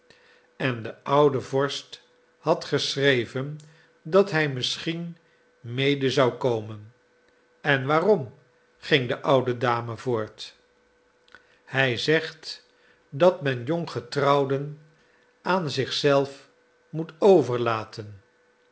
en de oude vorst had geschreven dat hij misschien mede zou komen en waarom ging de oude dame voort hij zegt dat men jonggetrouwden aan zich zelf moet overlaten